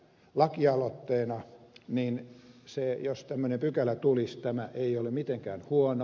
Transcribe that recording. lakialoitteena jos tämmöinen pykälä tulisi tämä ei ole mitenkään huono